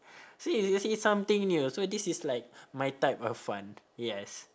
so you'll you'll see something new so this is like my type of fun yes